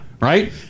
Right